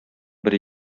бер